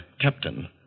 Captain